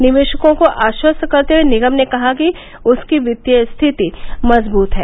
निवेशकों को आश्वस्त करते हुए निगम ने कहा कि उसकी वित्तीय स्थिति मजबूत है